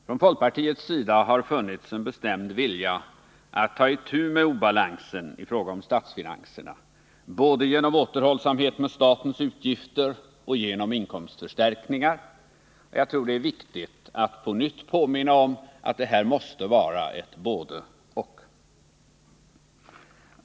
Från folkpartiets sida har det funnits en bestämd vilja att ta itu med obalansen i fråga om statsfinanserna både genom återhållsamhet med statens utgifter och genom inkomstförstärkningar, och jag tror det är viktigt att på nytt påminna om att det här måste vara ett både-och.